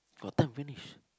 got time finish